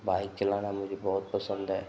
bike चलाना मुझे बहुत पसन्द है